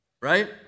Right